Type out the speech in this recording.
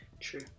True